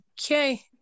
Okay